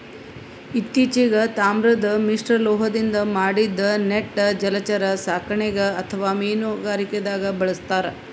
ಇತ್ತಿಚೀಗ್ ತಾಮ್ರದ್ ಮಿಶ್ರಲೋಹದಿಂದ್ ಮಾಡಿದ್ದ್ ನೆಟ್ ಜಲಚರ ಸಾಕಣೆಗ್ ಅಥವಾ ಮೀನುಗಾರಿಕೆದಾಗ್ ಬಳಸ್ತಾರ್